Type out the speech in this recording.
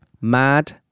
Mad